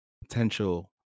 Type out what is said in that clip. potential